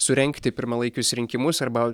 surengti pirmalaikius rinkimus arba